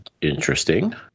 Interesting